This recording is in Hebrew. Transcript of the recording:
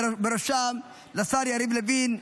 ובראשם לשר יריב לוין,